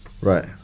Right